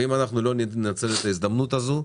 אם אנחנו לא ננצל את ההזדמנות הזו,